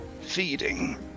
feeding